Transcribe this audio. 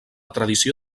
tradició